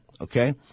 okay